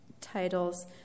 titles